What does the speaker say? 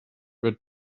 were